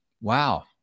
Wow